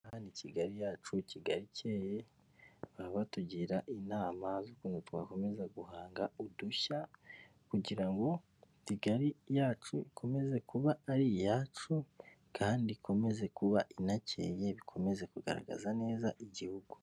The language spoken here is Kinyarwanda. Aha ni Kigali yacu Kigali ikeye baba batugira inama z'ukuntu twakomeza guhanga udushya, kugira ngo Kigali yacu ikomeze kuba ari iyacu kandi ikomeze kuba inakeye bikomeze kugaragaza neza igihugu.